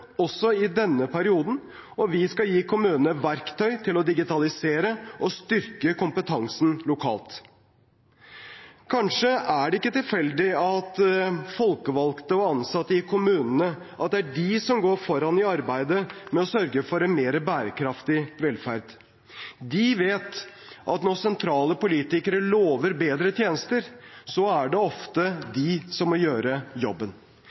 også i denne perioden, og vi skal gi kommunene verktøy til å digitalisere og styrke kompetansen lokalt. Kanskje er det ikke tilfeldig at det er folkevalgte og ansatte i kommunene som går foran i arbeidet med å sørge for en mer bærekraftig velferd. De vet at når sentrale politikere lover bedre tjenester, er det ofte de som må gjøre jobben.